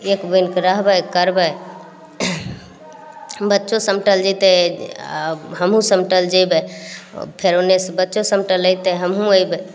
एक बनिके रहबय करबय बच्चो समटल जेतय आ हमहुँ समटल जेबय फेर ओनेसँ बच्चो समटल अयतय हमहुँ अयबय